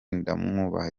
ndamwubaha